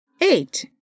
Eight